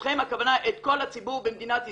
אתכם, הכוונה את כל הציבור במדינת ישראל,